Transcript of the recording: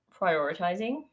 prioritizing